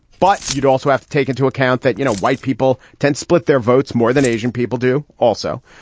but you'd also have to take into account that, you know, white people tend split their votes more than asian people do. also,